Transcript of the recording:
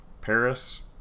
Paris